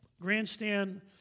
grandstand